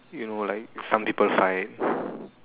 you know like some people fight